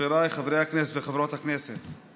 חבריי חברי הכנסת וחברות הכנסת,